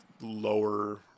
lower